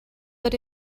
but